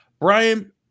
Brian